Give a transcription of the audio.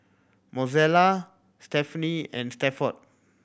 Mozelle Stephenie and Stafford